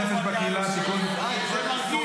נפש בקהילה (תיקון ----- יאיר פארן,